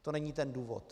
To není ten důvod.